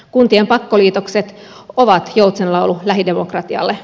kuntien pakkoliitokset ovat joutsenlaulu lähidemokratialle